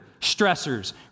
stressors